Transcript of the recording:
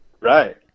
Right